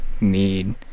need